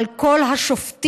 על כל השופטים,